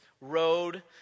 road